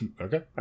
okay